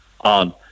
on